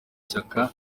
shyaka